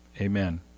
Amen